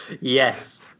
Yes